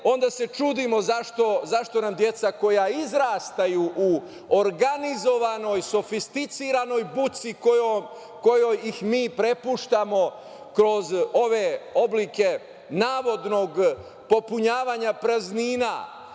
se čudimo zašto nam deca koja izrastaju u organizovanoj, sofisticiranoj buci kojoj ih mi prepuštamo, kroz ove oblike navodnog popunjavanja praznina